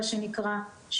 מה שנקרא,